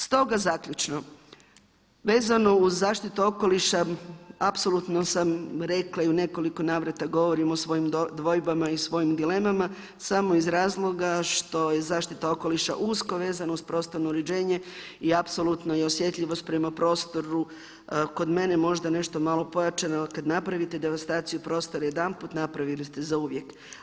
Stoga zaključno, vezano uz zaštitu okoliša apsolutno sam rekla, i u nekoliko navrata govorim o svojim dvojbama i svojim dilemama samo iz razloga što je zaštita okoliša usko vezana uz prostorno uređenje i apsolutno je osjetljivost prema prostoru kod mene možda nešto malo pojačana ali kada napravite devastaciju prostora jedanput, napravili ste zauvijek.